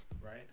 right